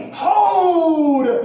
hold